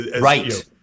right